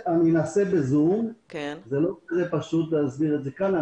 אני אנסה בזום, זה לא פשוט להסביר את זה כאן.